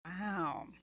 Wow